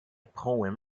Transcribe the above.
poem